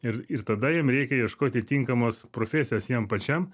ir ir tada jam reikia ieškoti tinkamos profesijos jam pačiam